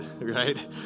Right